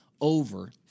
over